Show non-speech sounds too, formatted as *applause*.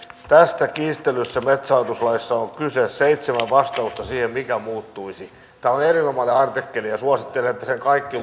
tästä kiistellyssä metsähallituslaissa on kyse seitsemän vastausta siihen mikä muuttuisi tämä on erinomainen artikkeli ja suosittelen että sen kaikki *unintelligible*